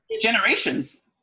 generations